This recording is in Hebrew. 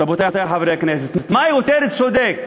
רבותי חברי הכנסת, מה יותר צודק,